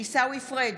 עיסאווי פריג'